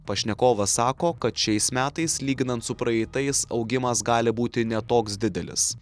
pašnekovas sako kad šiais metais lyginant su praeitais augimas gali būti ne toks didelis